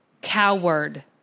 coward